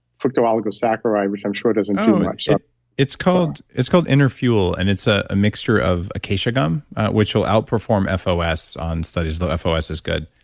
fructooligosaccharides, which i'm sure doesn't do much it's called it's called inner fuel, and it's a mixture of acacia gum which will outperform fos on studies, but fos is good.